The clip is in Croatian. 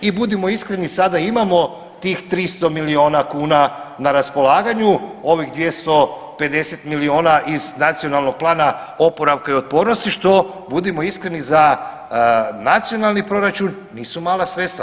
I budimo iskreni sada imamo tih 300 milijuna kuna na raspolaganju, ovih 250 milijuna iz Nacionalnog plana oporavka i otpornosti što budimo iskreni za nacionalni proračun nisu mala sredstva.